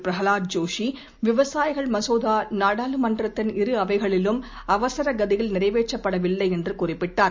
பிரஹலாத் ஜோஷி விவசாயிகள் மசோதா நாடாளுமன்றத்தின் இரு அவைகளிலும் அவசர கதியில் நிறைவேற்றப்பட் வில்லை என்று குறிப்பிட்டார்